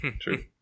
true